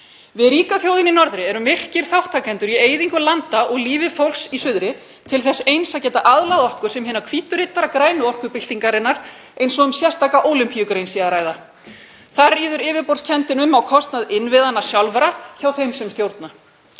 Við ríka þjóðin í norðri erum virkir þátttakendur í eyðingu landa og ógn við líf fólks í suðri til þess eins að geta aðlað okkur sem hina hvítu riddara grænu orkubyltingarinnar eins og um sérstaka ólympíugrein sé að ræða. Þar ríður yfirborðskenndin um á kostnað innviðanna sjálfra hjá þeim sem stjórna.